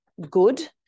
good